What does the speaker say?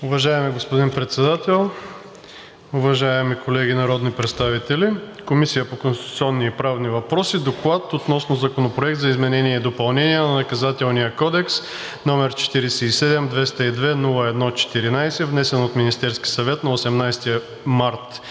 Уважаеми господин Председател, уважаеми колеги народни представители! Комисията по конституционни и правни въпроси. „Доклад относно Законопроект за изменение и допълнение на Наказателния кодекс, № 47 202 01 14, внесен от Министерския съвет на 18 март